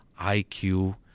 IQ